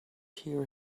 hear